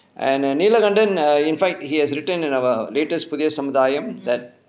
and nilakandan in fact he has written in our latest புதிய சமுதாயம்:puthiya samuthaayam that